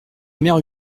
mère